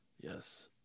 Yes